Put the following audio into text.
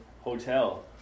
Hotel